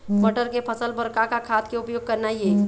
मटर के फसल बर का का खाद के उपयोग करना ये?